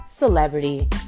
celebrity